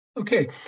Okay